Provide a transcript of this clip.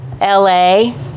LA